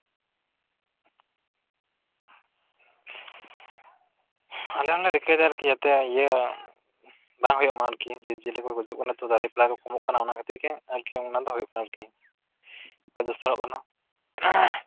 ᱟᱞᱮ ᱦᱚᱸᱞᱮ ᱨᱤᱠᱟᱹᱭᱮᱫᱟ ᱟᱨᱠᱤ ᱡᱟᱛᱮ ᱤᱭᱟᱹ ᱵᱟᱝ ᱦᱩᱭᱩᱜ ᱢᱟ ᱟᱨᱠᱤ ᱡᱤᱵᱽᱼᱡᱤᱭᱟᱹᱞᱤ ᱠᱚ ᱜᱩᱡᱩᱜ ᱠᱟᱱᱟ ᱛᱚ ᱫᱟᱨᱮ ᱯᱟᱞᱦᱟ ᱠᱚ ᱠᱚᱢᱚᱜ ᱠᱟᱱᱟ ᱛᱚ ᱚᱱᱟ ᱠᱷᱟᱹᱛᱤᱨ ᱜᱮ ᱚᱱᱟ ᱫᱚ ᱦᱩᱭᱩᱜ ᱠᱟᱱᱟ ᱟᱨᱠᱤ ᱦᱚᱭ ᱫᱩᱥᱚᱱᱚᱜ ᱠᱟᱱᱟ